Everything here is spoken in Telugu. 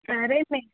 సరే నే